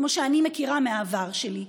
כמו שאני מכירה מהעבר שלי?